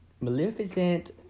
Maleficent